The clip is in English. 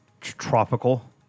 Tropical